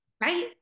Right